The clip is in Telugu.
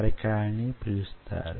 అనేక ఇతర పోలిమర్లు వున్నాయి